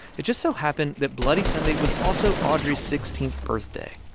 it just so happened that bloody sunday was also audrey's sixteenth birthday.